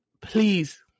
Please